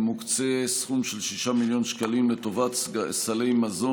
מוקצה סכום של 6 מיליון שקלים לטובת סלי מזון.